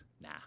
Nah